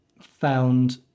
found